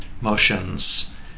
motions